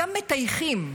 וגם מטייחים,